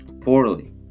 poorly